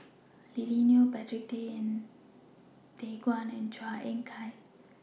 Lily Neo Patrick Tay Teck Guan and Chua Ek Kay